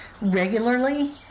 regularly